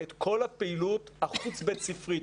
את כל הפעילות החוץ בית ספרית,